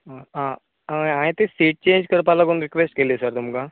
आं आं हय हांयें ते स्टेट चेंज करपा लागोन रिक्वेश्ट केल्ली सर तुमकां